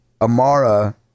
amara